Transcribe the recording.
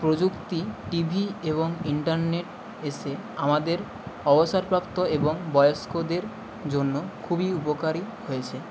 প্রযুক্তি T V এবং internet এসে আমাদের অবসরপ্রাপ্ত এবং বয়স্কদের জন্য খুবই উপকারী হয়েছে